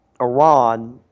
Iran